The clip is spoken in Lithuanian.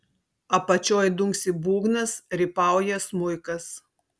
apačioj dunksi būgnas rypauja smuikas